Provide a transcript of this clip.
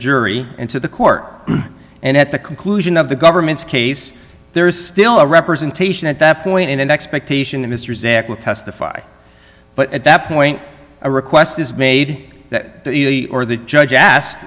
jury and to the court and at the conclusion of the government's case there is still a representation at that point in an expectation that mr zak will testify but at that point a request is made that you or the judge asked